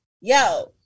yo